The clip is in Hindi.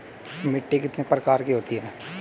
मिट्टी कितने प्रकार की होती हैं?